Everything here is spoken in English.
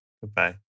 Goodbye